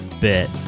bit